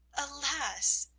alas,